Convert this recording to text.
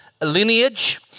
lineage